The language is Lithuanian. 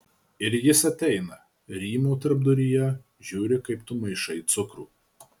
ir jis ateina rymo tarpduryje žiūri kaip tu maišai cukrų